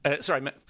sorry